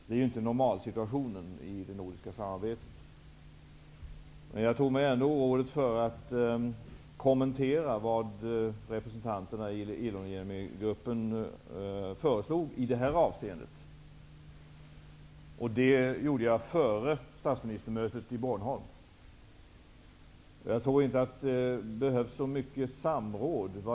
Det är inte normalsituationen i det nordiska samarbetet. Jag tog mig före att kommentera vad representanterna i Iloniemi-gruppen föreslog i det här avseendet. Det gjorde jag före statsministermötet på Bornholm. Jag tror inte att det behövs så mycket samråd.